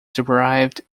derived